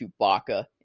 Chewbacca